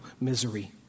misery